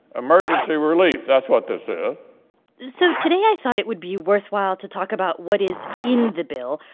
emergency relief, that's what this is so today i thought it would be worthwhile to talk about what is in the bill.